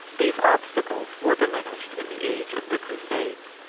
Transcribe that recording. these obstacles were diminished in the age of the crusades.